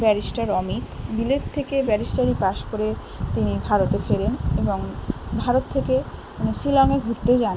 barrister Amit বিলেত থেকে ব্যারিস্টারি পাস করে তিনি ভারতে ফেরেন এবং ভারত থেকে উনি শিলংয়ে ঘুরতে যান